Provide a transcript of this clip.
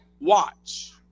watch